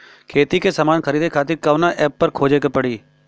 खेती के समान खरीदे खातिर कवना ऐपपर खोजे के पड़ी?